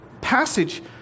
passage